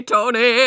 Tony